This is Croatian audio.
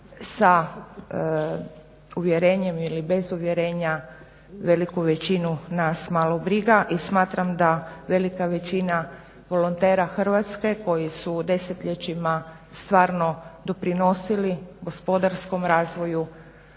sa uvjerenjem ili bez uvjerenja veliku većinu nas malo briga i smatram da velika većina volontera Hrvatske koji su desetljećima stvarno doprinosili gospodarskom razdoblju